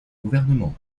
gouvernement